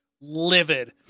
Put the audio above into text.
livid